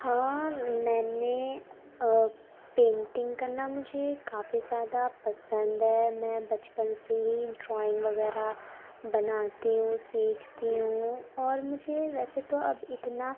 ہاں میں نے پینٹنگ کرنا مجھے کافی زیادہ پسند ہے میں بچپن سے ہی ڈرائنگ وغیرہ بناتی ہوں سیکھتی ہوں اور مجھے ویسے تو اب اتنا